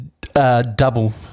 Double